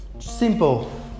simple